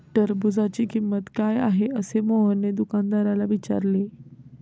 टरबूजाची किंमत काय आहे असे मोहनने दुकानदाराला विचारले?